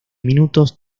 minutos